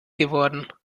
geworden